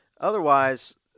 otherwise